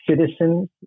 citizens